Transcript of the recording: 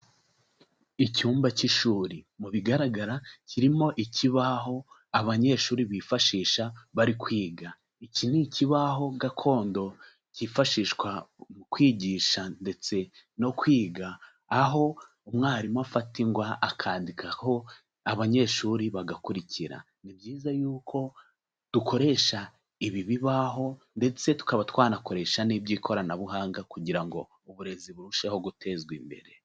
Icyumba k'ishuri, mu bigaragara kirimo ikibaho abanyeshuri bifashisha bari kwiga, iki ni ikibaho gakondo cyifashishwa mu kwigisha ndetse no kwiga, aho umwarimu afata ingwa akandikaho abanyeshuri bagakurikira, ni byiza yuko dukoresha ibi bibaho ndetse tukaba twanakoresha n'iby'ikoranabuhanga kugira ngo uburezi burusheho gutezwa imbere.